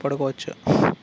పడుకోవచ్చు